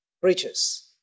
preachers